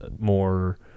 more